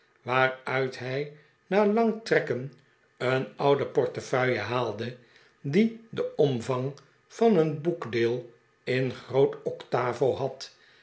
waaruit hij na lang trekken een oude pqrtefeuille haalde die den ornvang van een boekdeel in groot octavo had